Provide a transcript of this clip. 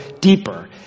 deeper